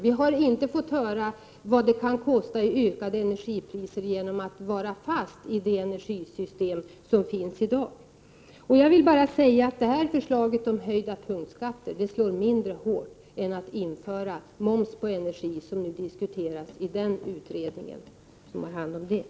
Vi har inte fått höra vad det kan kosta i ökade energipriser att vara fast i det energisystem som finns i dag. Jag vill bara säga att höjda punktskatter enligt det här förslaget slår mindre hårt än moms på energi, som nu diskuteras i den utredning som arbetar med detta.